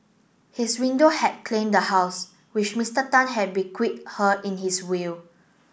his window had claimed the house which Mister Tan had bequeathed her in his will